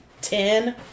Ten